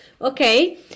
okay